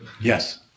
Yes